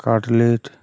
cutlet